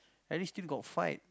at least still got fight